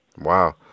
Wow